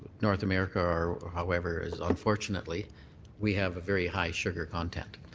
north america or however is unfortunately we have a very high sugar content,